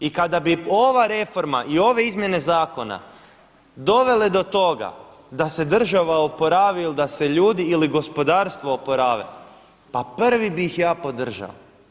I kada bi ova reforma i ove izmjene zakona dovele do toga da se država oporavi ili da se ljudi ili gospodarstvo oporave, pa prvi bih ih ja podržao.